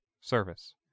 Service